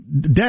death